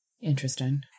interesting